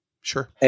Sure